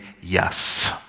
yes